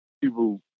people